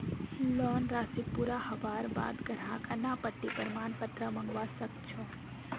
loan राशि पूरा हबार बा द ग्राहक अनापत्ति प्रमाण पत्र मंगवा स ख छ